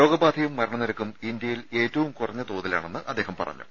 രോഗബാധയും മരണനിരക്കും ഇന്ത്യയിൽ ഏറ്റവും കുറഞ്ഞ തോതിലാണെന്ന് അദ്ദേഹം പറഞ്ഞു